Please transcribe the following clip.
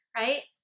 right